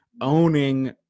owning